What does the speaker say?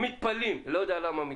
מתפלאים ולא יודע למה.